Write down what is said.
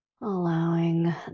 allowing